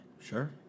Sure